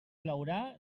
plourà